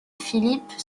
philip